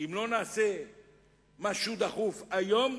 אם לא נעשה משהו דחוף היום,